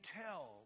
tell